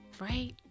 right